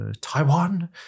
Taiwan